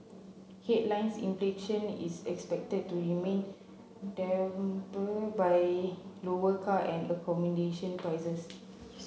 headlines inflation is expected to remain dampened by lower car and accommodation prices